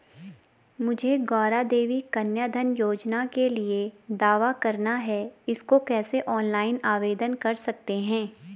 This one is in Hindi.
मुझे गौरा देवी कन्या धन योजना के लिए दावा करना है इसको कैसे ऑनलाइन आवेदन कर सकते हैं?